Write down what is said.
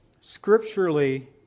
scripturally